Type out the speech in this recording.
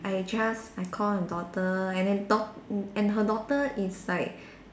I just I call the daughter and then daug~ and her daughter is like